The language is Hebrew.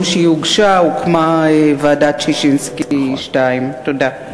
שהיא הוגשה הוקמה ועדת ששינסקי 2. תודה.